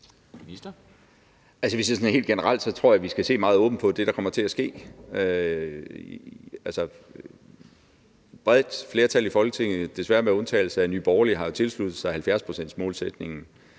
Sådan helt generelt tror jeg, at vi skal se meget åbent på det, der kommer til at ske. Altså, et bredt flertal i Folketinget – desværre med undtagelse af Nye Borgerlige – har jo tilsluttet sig 70-procentsmålsætningen